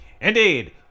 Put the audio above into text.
Indeed